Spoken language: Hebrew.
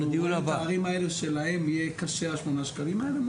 ההורים האלה שלהם יהיה קשה עם השמונה שקלים האלה,